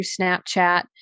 Snapchat